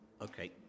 okay